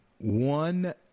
One